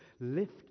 Lift